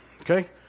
okay